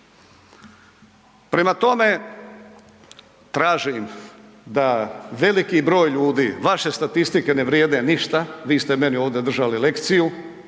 Prema tome, tražim da veliki broj ljudi, vaše statistike ne vrijede ništa, vi ste meni ovdje držali lekciju,